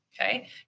Okay